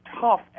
tough